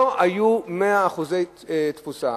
לא היו 100% תפוסה.